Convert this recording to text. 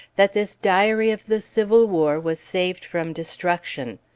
that this diary of the civil war was saved from destruction.